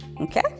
Okay